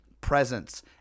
presence